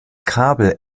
kabel